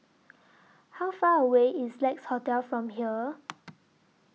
How Far away IS Lex Hotel from here